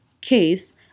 case